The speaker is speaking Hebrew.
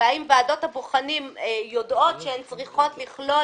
שאלנו האם ועדות הבוחנים יודעות שהן צריכות לכלול